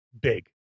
big